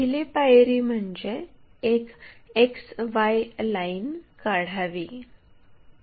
पहिली पायरी म्हणजे एक XY लाईन काढावी